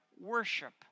worship